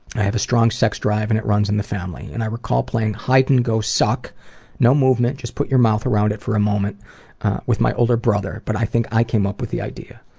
i have a strong sex drive and it runs in the family, and i recall playing hide and go suck no movement, just put your mouth around it for a moment with my older brother, but i think i came up with the idea.